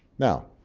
now,